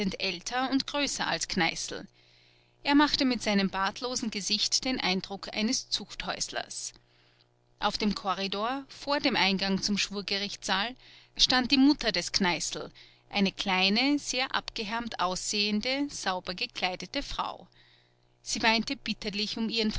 älter und größer als kneißl er machte mit seinem bartlosen gesicht den eindruck eines zuchthäuslers auf dem korridor vor dem eingang zum schwurgerichtssaal stand die mutter des kneißl eine kleine sehr abgehärmt aussehende sauber gekleidete frau sie weinte bitterlich um ihren